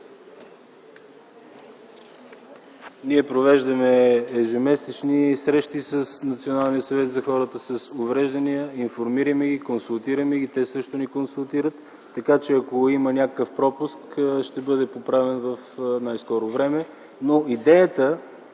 Ние провеждаме ежемесечни срещи с Националния съвет на хората с увреждания, информираме ги, консултираме ги, те също ни консултират, така че ако има някакъв пропуск ще бъде поправен в най-скоро време.